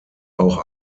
auch